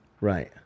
right